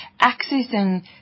accessing